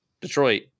Detroit